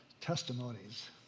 Testimonies